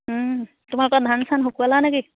তোমালোকৰ ধান চান শুকুৱালা নেকি